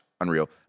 Unreal